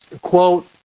quote